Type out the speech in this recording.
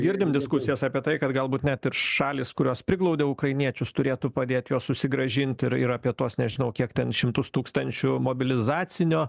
girdim diskusijas apie tai kad galbūt net ir šalys kurios priglaudė ukrainiečius turėtų padėt juos susigrąžint ir ir apie tuos nežinau kiek ten šimtus tūkstančių mobilizacinio